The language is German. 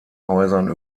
häusern